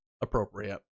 appropriate